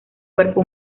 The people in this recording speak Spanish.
cuerpo